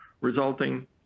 resulting